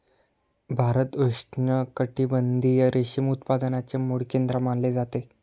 भारत उष्णकटिबंधीय रेशीम उत्पादनाचे मूळ केंद्र मानले जाते